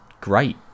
great